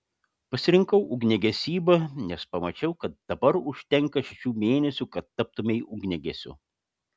pasirinkau ugniagesybą nes pamačiau kad dabar užtenka šešių mėnesių kad taptumei ugniagesiu